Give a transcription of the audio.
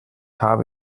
habe